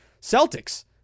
Celtics